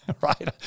right